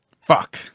Fuck